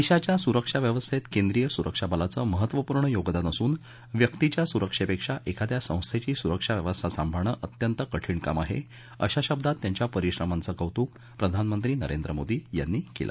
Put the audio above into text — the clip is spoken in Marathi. देशाच्या सुरक्षा व्यवस्थेत केंद्रीय सुरक्षा बलाचं महत्त्वपूर्ण योगदान असून व्यक्तीच्या सुरक्षेपेक्षा एखाद्या संस्थेची सुरक्षा व्यवस्था सांभाळण अत्यंत कठीण काम आहे अशा शब्दांत त्यांच्या परिश्रमाच कौतुक प्रधानमंत्री नरेंद्र मोदी यांनी केलं